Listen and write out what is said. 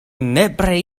nepre